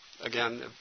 again